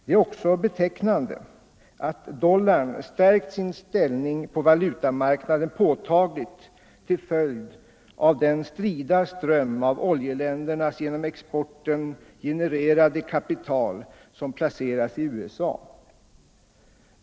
Det är också betecknande att dollarn stärkt sin ställning på valutamarknaden påtagligt till följd av den strida ström av oljeländernas genom exporten genererade kapital som placeras i USA.